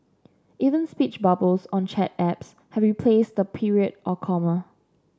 even speech bubbles on chat apps have replaced the period or comma